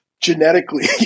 genetically